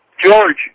George